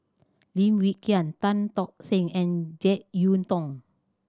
Lim Wee Kiak Tan Tock Seng and Jek Yeun Thong